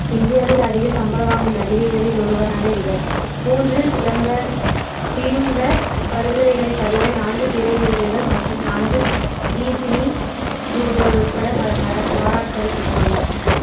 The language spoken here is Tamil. இந்தியாவில் அதிக சம்பளம் வாங்கும் நடிகைகளில் ஒருவரான இவர் மூன்று பிலம்ப பிலிம் பேர் பரிந்துரைகளைத் தவிர நான்கு திரை விருதுகள் மற்றும் நான்கு ஜீ சினி விருதுகள் உட்பட பல பல பாராட்டுகளைப் பெற்றுள்ளார்